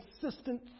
consistent